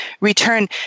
return